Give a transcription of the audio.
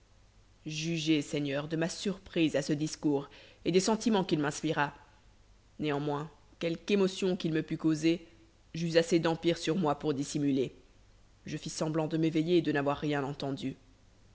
jugez seigneur de ma surprise à ce discours et des sentiments qu'il m'inspira néanmoins quelque émotion qu'il me pût causer j'eus assez d'empire sur moi pour dissimuler je fis semblant de m'éveiller et de n'avoir rien entendu